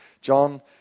John